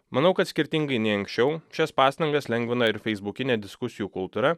manau kad skirtingai nei anksčiau šias pastangas lengvina ir feisbukinė diskusijų kultūra